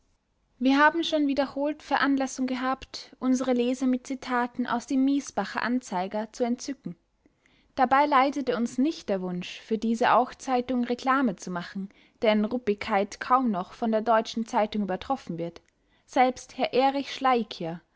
wir haben schon wiederholt veranlassung gehabt unsere leser mit zitaten aus dem miesbacher anzeiger zu entzücken dabei leitete uns nicht der wunsch für diese auchzeitung reclame zu machen deren ruppigkeit kaum noch von der deutschen zeitung übertroffen wird selbst herr erich